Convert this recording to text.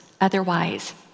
otherwise